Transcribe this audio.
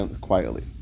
quietly